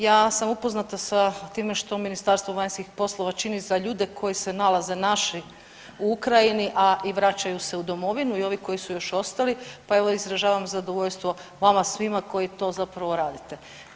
Ja sam upoznata sa time što Ministarstvo vanjskih poslova čini za ljude koji se nalaze naši u Ukrajini, a i vraćaju se u domovinu i ovi koji su još ostali, pa evo izražavam zadovoljstvo vama svima koji to zapravo radite.